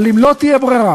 אבל אם לא תהיה ברירה,